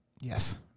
Yes